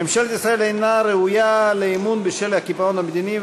ממשלת ישראל אינה ראויה לאמון בשל הקיפאון המדיני,